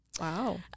wow